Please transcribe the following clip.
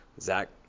Zach